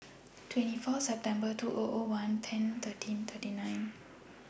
twenty four September two thousand and one ten thirteen thirty nine